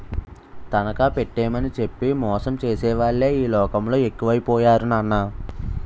తనఖా పెట్టేమని చెప్పి మోసం చేసేవాళ్ళే ఈ లోకంలో ఎక్కువై పోయారు నాన్నా